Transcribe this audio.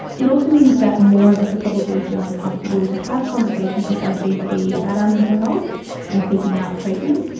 it also means that more of us are probably feeling comfortable to have conversations with our gp about our mental health and seeking out treatment.